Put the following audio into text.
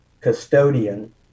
custodian